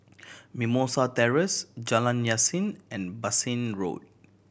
Mimosa Terrace Jalan Yasin and Bassein Road